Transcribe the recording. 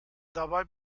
dabei